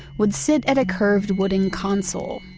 would sit at a curved wooden console.